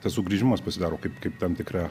tas sugrįžimas pasidaro kaip kaip tam tikra